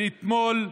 ואתמול,